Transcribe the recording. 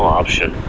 option